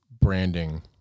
branding